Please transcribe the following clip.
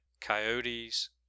coyotes